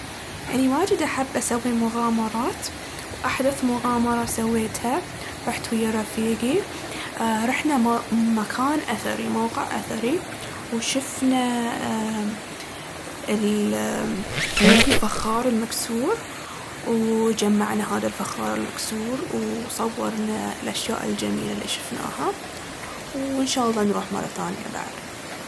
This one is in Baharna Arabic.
أني واجد أحب أسوي مغامرات. وأحدث مغامرة سويتها رحت ويا رفيقي، رحنا مكان أثري، موقع أثري. وشفنا الفخار المكسور وجمعنا هاذا الفخار المكسور، وصورنا الأشياء الجميلة اللي شفناها، وانشالله نروح مرة ثانية بعد.